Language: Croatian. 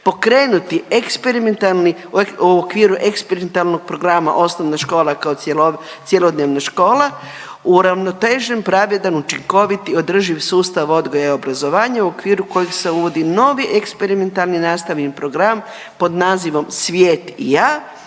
u okviru eksperimentalnog programa osnovne škole kao cjelodnevne škole uravnotežen, pravedan, učinkovit i održiv sustav odgoja i obrazovanja u okviru kojeg se uvodi novi eksperimentalni nastavni program pod nazivom Svijet i ja